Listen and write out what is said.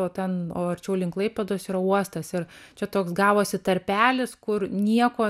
o ten o arčiau link klaipėdos yra uostas ir čia toks gavosi tarpelis kur nieko